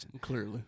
Clearly